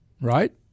right